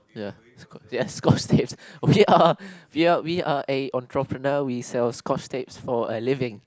ya yes scotch tapes okay we we are an entrepreneur we sell scotch tapes for a living